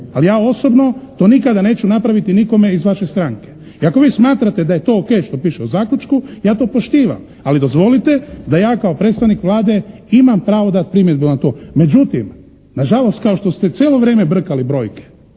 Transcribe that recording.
Ali ja osobno to nikada neću napraviti nikome iz vaše stranke. I ako vi smatrate da je to o.k. što piše u zaključku ja to poštivam, ali dozvolite da ja kao predstavnik Vlade imam pravo dati primjedbu na to. Međutim, nažalost kao što ste cijelo vrijeme brkali brojke,